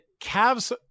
Cav's